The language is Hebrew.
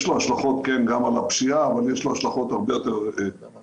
יש לו השלכות גם על הפשיעה אבל יש לו השלכות הרבה יותר רחבות,